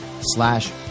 slash